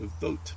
vote